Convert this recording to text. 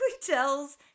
tells